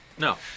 No